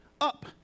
up